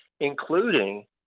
including –